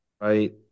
Right